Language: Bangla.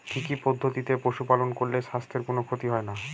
কি কি পদ্ধতিতে পশু পালন করলে স্বাস্থ্যের কোন ক্ষতি হয় না?